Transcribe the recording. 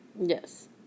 Yes